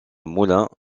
moulins